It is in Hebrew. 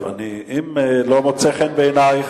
אם זה לא מוצא חן בעינייך,